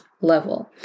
level